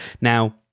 Now